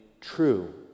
true